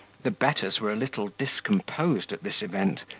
the betters were a little discomposed at this event,